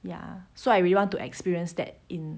ya so I really want to experience that in